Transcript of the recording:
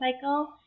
cycle